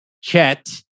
Chet